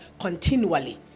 continually